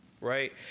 Right